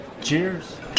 Cheers